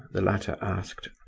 the latter asked,